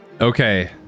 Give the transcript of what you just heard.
Okay